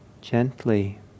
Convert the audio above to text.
gently